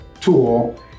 tool